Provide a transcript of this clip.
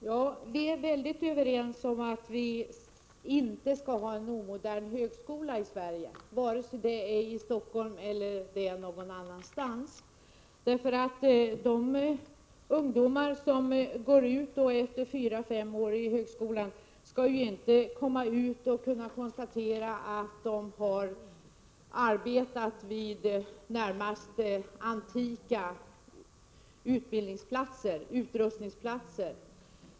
Herr talman! Vi är helt överens om att vi inte skall ha en omodern högskola i Sverige — vare sig i Stockholm eller någon annanstans. De ungdomar som har gått fyra eller fem år i högskolan skall inte sedan behöva konstatera att de har arbetat vid i det närmaste antikt utrustade utbildningsplatser.